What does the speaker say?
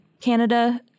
Canada